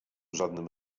żadnym